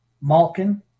Malkin